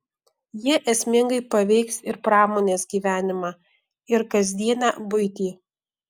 jie esmingai paveiks ir pramonės gyvenimą ir kasdienę buitį